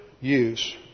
use